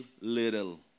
little